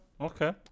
Okay